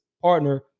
partner